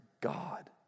God